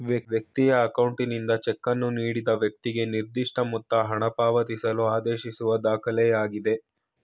ವ್ಯಕ್ತಿಯ ಅಕೌಂಟ್ನಿಂದ ಚೆಕ್ಕನ್ನು ನೀಡಿದ ವ್ಯಕ್ತಿಗೆ ನಿರ್ದಿಷ್ಟಮೊತ್ತ ಹಣಪಾವತಿಸಲು ಆದೇಶಿಸುವ ದಾಖಲೆಯಾಗಿದೆ